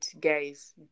guys